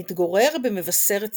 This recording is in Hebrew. מתגורר במבשרת ציון.